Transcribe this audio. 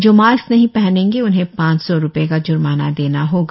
जो मास्क नहीं पहनेंगे उन्हें पांच सौ रुपए का जुर्माना देगा होगा